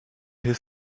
his